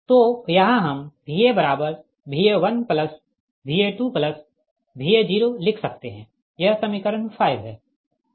तो यहाँ हम VaVa1Va2Va0 लिख सकते है यह समीकरण 5 है